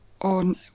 on